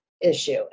issue